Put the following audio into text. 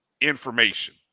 information